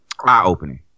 eye-opening